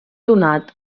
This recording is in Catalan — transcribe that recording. donat